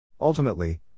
Ultimately